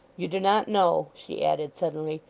you do not know she added, suddenly,